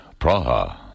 Praha